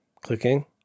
Clicking